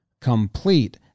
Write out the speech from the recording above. Complete